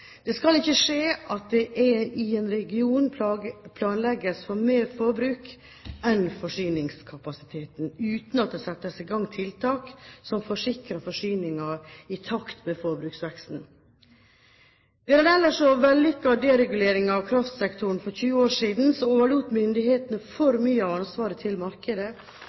Det skal ikke skje at det i en region planlegges for mer forbruk enn forsyningskapasiteten tillater uten at det settes i gang tiltak som forsikrer forsyningen i takt med forbruksveksten. Ved en ellers så vellykket deregulering av kraftsektoren for 20 år siden overlot myndighetene for mye av ansvaret til markedet,